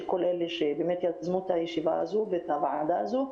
את כל אלה שיזמו את הישיבה הזו ואת הוועדה הזו.